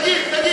תגיד, תגיד.